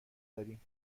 داریم